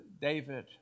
David